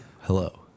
hello